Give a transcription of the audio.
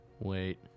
Wait